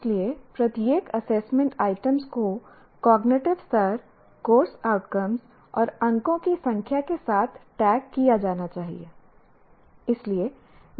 इसलिए प्रत्येक assessment items को कॉग्निटिव स्तर कोर्स आउटकम और अंकों की संख्या के साथ टैग किया जाना चाहिए